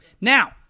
Now